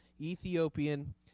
Ethiopian